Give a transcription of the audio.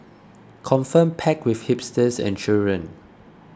confirm packed with hipsters and children